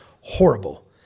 horrible